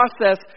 process